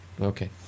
Okay